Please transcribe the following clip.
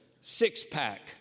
six-pack